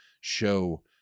show